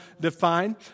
defined